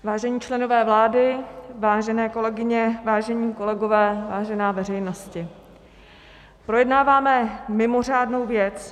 Vážení členové vlády, vážené kolegyně, vážení kolegové, vážená veřejnosti, projednáváme mimořádnou věc.